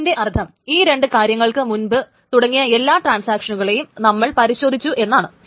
അതിന്റെ അർത്ഥം ഈ രണ്ടു കാര്യങ്ങൾക്ക് മുൻപ് തുടങ്ങിയ എല്ലാ ട്രാൻസാക്ഷനുകളെയും നമ്മൾ പരിശോധിച്ചു എന്നാണ്